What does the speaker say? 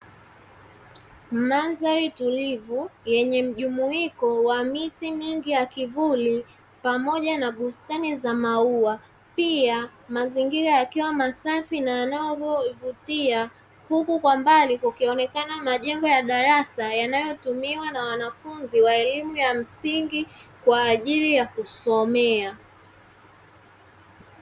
Mandhari tulivu yenye mjumuiko wa miti mingi ya kivuli pamoja na bustani za maua, pia mazingira yakiwa masafi yanayovutia huku kwa mbali kukionekana majengo ya darasa, yanayotumiwa na wanafunzi wa elimu ya msingi kwa ajili ya kusomea.